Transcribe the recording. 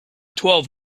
twelve